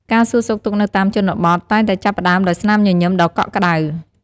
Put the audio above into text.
ការសួរសុខទុក្ខនៅតាមជនបទ តែងតែចាប់ផ្តើមដោយស្នាមញញឹមដ៏កក់ក្តៅ។